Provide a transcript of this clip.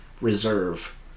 Reserve